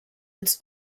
its